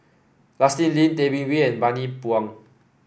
Justin Lean Tay Bin Wee and Bani Buang